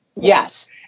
Yes